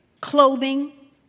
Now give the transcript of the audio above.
Clothing